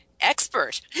expert